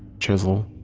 chisel,